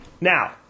Now